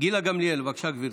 גילה גמליאל, בבקשה, גברתי.